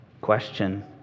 Question